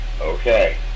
okay